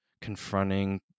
confronting